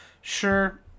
Sure